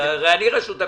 הרי אני רשות המיסים,